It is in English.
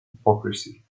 hypocrisy